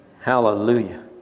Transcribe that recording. Hallelujah